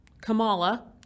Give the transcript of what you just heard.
Kamala